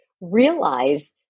realize